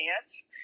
dance